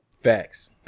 Facts